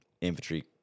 infantry